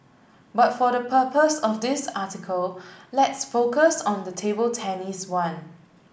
but for the purpose of this article let's focus on the table tennis one